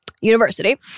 University